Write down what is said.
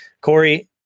Corey